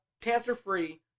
cancer-free